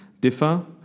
differ